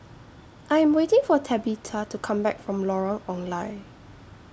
I Am waiting For Tabitha to Come Back from Lorong Ong Lye